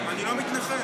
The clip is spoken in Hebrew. אני לא מתנחל.